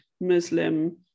Muslim